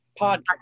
podcast